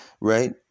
right